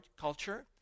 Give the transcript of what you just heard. culture